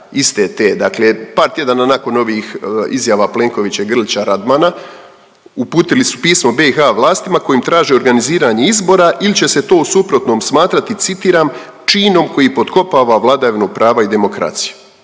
par tjedana nakon ovih izjava Plenkovića i Grlića Radmana, uputili su pismo BiH vlastima kojim traže organiziranje izbora ili će se to u suprotnom smatrati, citiram „činom koji potkopava vladavinu prava i demokraciju“,